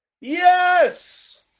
Yes